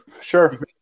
Sure